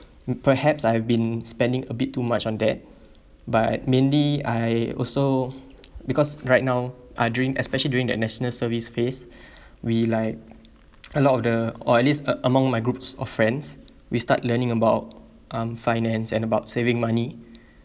perhaps I've been spending a bit too much on that but mainly I also because right now uh during especially during that national service phase we like a lot of the or at least a~ among my groups of friends we start learning about um finance and about saving money